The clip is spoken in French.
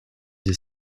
des